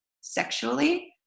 sexually